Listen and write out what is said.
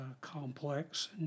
complex